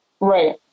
Right